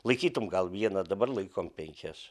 laikytum gal vieną dabar laikom penkias